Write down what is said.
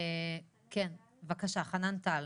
חנן טל,